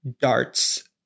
darts